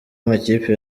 amakipe